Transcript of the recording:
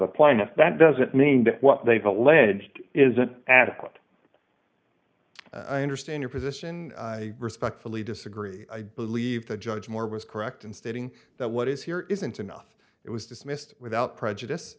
the plaintiff that doesn't mean that what they've alleged isn't adequate i understand your position i respectfully disagree i believe the judge moore was correct in stating that what is here isn't enough it was dismissed without prejudice